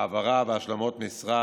העברה והשלמות משרה.